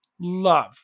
love